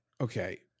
Okay